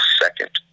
second